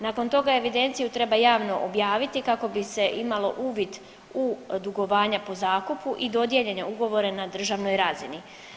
Nakon toga evidenciju treba javno objaviti kako bi se imalo uvid u dugovanje po zakupu i dodijeljene ugovore na državnoj razini.